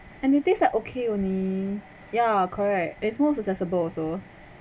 and it taste like okay only ya correct it's more susceptible also